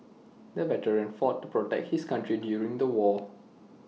the veteran fought to protect his country during the war